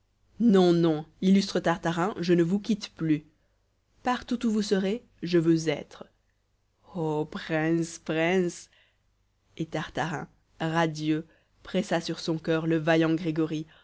non non illustre tartarin je ne vous quitte plus partout où vous serez je veux être oh préïnce préïnce et tartarin radieux pressa sur son coeur le vaillant grégory